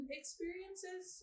experiences